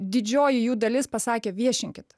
didžioji jų dalis pasakė viešinkit